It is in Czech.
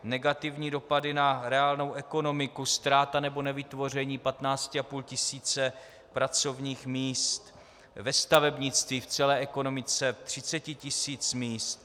Negativní dopady na reálnou ekonomiku, ztráta nebo nevytvoření 15,5 tis. pracovních míst ve stavebnictví, v celé ekonomice 30 tis. míst.